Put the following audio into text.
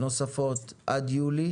נוספות עד יולי,